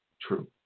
true